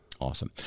Awesome